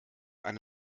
eine